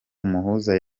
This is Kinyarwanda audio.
umuhuza